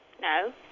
No